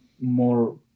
more